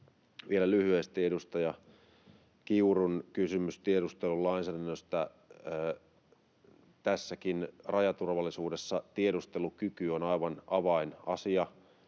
Vielä lyhyesti edustaja Kiurun kysymykseen tiedustelulainsäädännöstä: Tässäkin rajaturvallisuudessa tiedustelukyky on aivan avainasia,